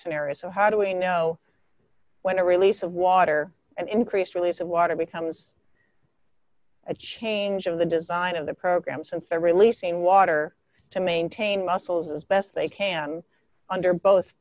era so how do we know when a release of water and increased release of water becomes a change of the design of the program since they're releasing water to maintain muscles as best they can under both